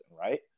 Right